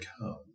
come